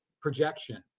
projection